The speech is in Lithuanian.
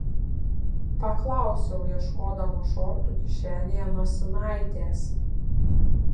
paklausiau ieškodama šortų kišenėje nosinaitės